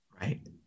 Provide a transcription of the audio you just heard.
Right